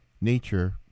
nature